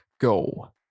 Go